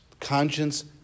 Conscience